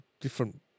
different